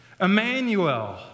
Emmanuel